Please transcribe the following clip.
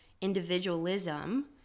individualism